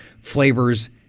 flavors